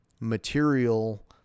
material